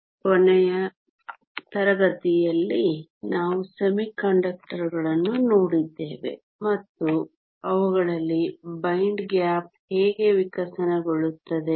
ಆದ್ದರಿಂದ ಕೊನೆಯ ತರಗತಿಯಲ್ಲಿ ನಾವು ಅರೆವಾಹಕಗಳನ್ನು ನೋಡಿದ್ದೇವೆ ಮತ್ತು ಅವುಗಳಲ್ಲಿ ಬೈಂಡ್ ಗ್ಯಾಪ್ ಹೇಗೆ ವಿಕಸನಗೊಳ್ಳುತ್ತದೆ